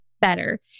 better